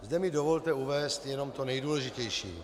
Zde mi dovolte uvést jenom to nejdůležitější.